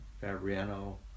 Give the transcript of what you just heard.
Fabriano